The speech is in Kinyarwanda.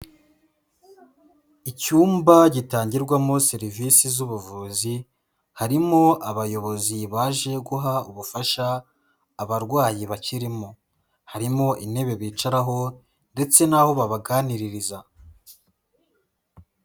Icyumba gitangirwamo serivisi z'ubuvuzi, harimo abayobozi baje guha ubufasha abarwayi bakirimo, harimo intebe bicaraho ndetse n'aho babaganiririza.